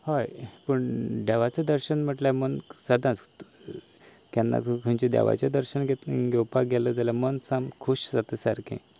हय पूण देवाचें दर्शन म्हणल्यार मन खोस जाताच केन्नाय तूं खंयचें देवाचें दर्शन घेवपाक गेले जाल्यार मन सामकें खूश जाता सारकें